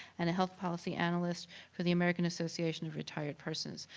and a health policy analyst for the american association of retired persons.